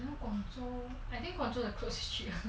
广州 I think 广州 the clothes is cheap